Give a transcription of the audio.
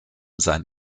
sein